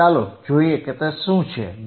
તો ચાલો જોઈએ કે તે શું છે